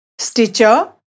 Stitcher